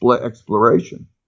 exploration